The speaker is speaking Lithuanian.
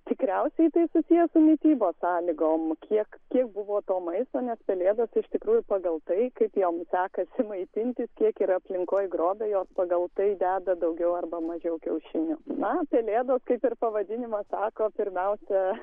tikriausiai tai susiję su mitybos sąlygom kiek kiek buvo to maisto nes pelėdos iš tikrųjų pagal tai kaip jom sekasi maitintis kiek yra aplinkoj grobio jos pagal tai deda daugiau arba mažiau kiaušinių na pelėdos kaip ir pavadinimas sako pirmiausia